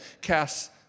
casts